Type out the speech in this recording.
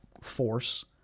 force